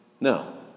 No